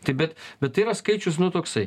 tai bet bet tai yra skaičius nu toksai